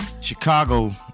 Chicago